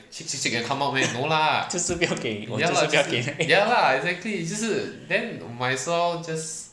就是不要我就是不要给那个